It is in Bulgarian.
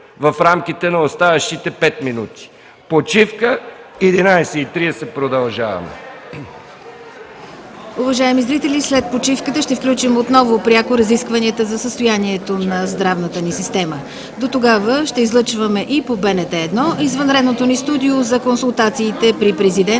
в рамките на оставащите 5 минути. Почивка, продължаваме